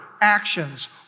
actions